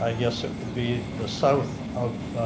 i guess it would be the south of